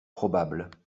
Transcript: probables